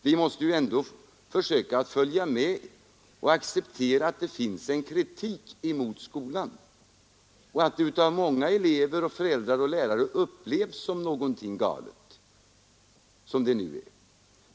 Vi måste ändå försöka följa med och acceptera att det finns en kritik emot skolan och att de nuvarande förhållandena av många elever och föräldrar och lärare upplevs som någonting galet.